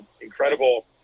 incredible